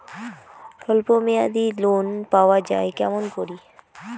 স্বল্প মেয়াদি লোন পাওয়া যায় কেমন করি?